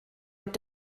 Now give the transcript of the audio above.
mit